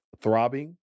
throbbing